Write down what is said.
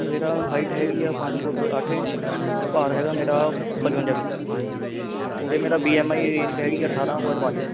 ਮੇਰਾ ਹਾਇਟ ਹੈਗੀ ਆ ਪੰਜ ਫੁੱਟ ਅੱਠ ਇੰਚ ਭਾਰ ਹੈਗਾ ਮੇਰਾ ਪਚਵੰਜਾ ਕਿੱਲੋ ਅਤੇ ਮੇਰੀ ਬੀ ਐੱਮ ਆਈ ਹੈਗੀ ਆ ਅਠਾਰਾਂ ਪੁਆਇੰਟ ਪੰਜ